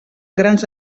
grans